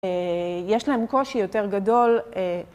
יש להם קושי יותר גדול.